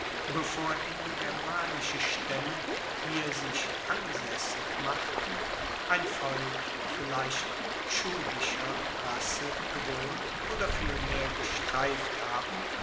bevor indogermanische staemme hier sich ansaessig machten ein volk vielleicht tschudischer rasse gewohnt oder vielmehr gestreift haben